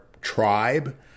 tribe